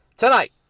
Tonight